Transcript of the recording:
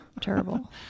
terrible